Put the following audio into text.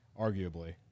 arguably